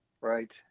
right